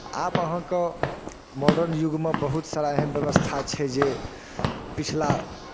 आब अहाँकेँ मॉडर्न युगमे बहुत सारा एहन व्यवस्था छै जे पछिला